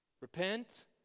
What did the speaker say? Repent